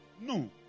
No